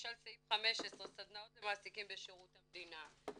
למשל סעיף 15, סדנאות למעסיקים בשירות המדינה.